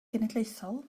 genedlaethol